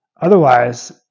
Otherwise